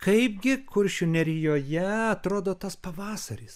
kaipgi kuršių nerijoje atrodo tas pavasaris